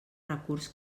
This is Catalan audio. recurs